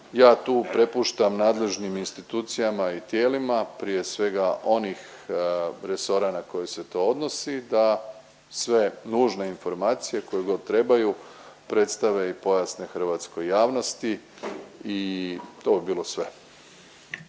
ja tu prepuštam nadležnim institucijama i tijelima, prije svega onih resora na koje se to odnosi da sve nužne informacije koje god trebaju, predstave i pojasne hrvatskoj javnosti i to bi bilo sve.